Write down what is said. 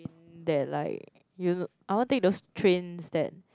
that like you I want take those trains that